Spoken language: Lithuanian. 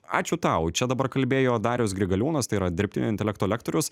ačiū tau čia dabar kalbėjo darius grigaliūnas tai yra dirbtinio intelekto lektorius